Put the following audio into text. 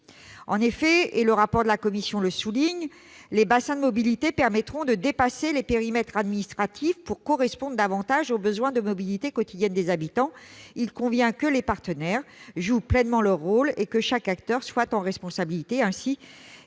dans le rapport de la commission -,« les bassins de mobilité permettront de dépasser les périmètres administratifs, pour correspondre davantage aux besoins de mobilité quotidienne des habitants ». Il convient donc que les partenaires jouent pleinement leur rôle et que chaque acteur soit responsabilisé.